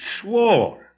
swore